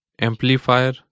Amplifier